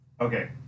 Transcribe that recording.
Okay